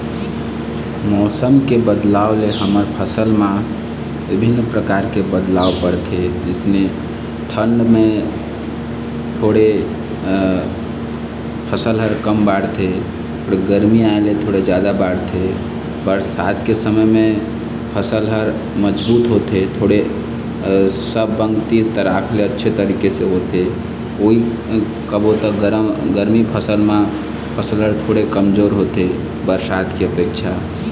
मौसम के अचानक बदलाव होथे जाथे ता हमर फसल मा ओकर परभाव का पढ़ी?